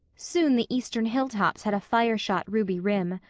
soon the eastern hilltops had a fire-shot ruby rim.